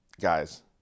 Guys